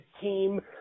team